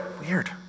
Weird